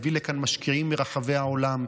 זה יביא לכאן משקיעים מרחבי העולם,